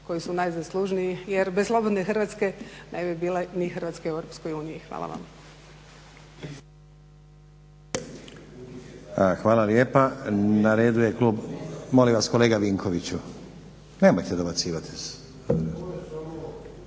koji su najzaslužniji jer bez slobodne Hrvatske ne bi bilo ni Hrvatske u EU. Hvala vam. **Stazić, Nenad (SDP)** Hvala lijepa. Na redu je klub, molim vas kolega Vinkoviću. Nemojte dobacivat iz.